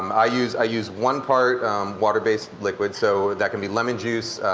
i use i use one part water-based liquid, so that could be lemon juice,